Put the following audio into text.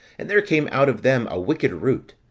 and there came out of them a wicked root,